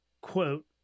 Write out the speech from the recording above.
quote